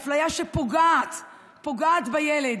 זו אפליה שפוגעת בילד.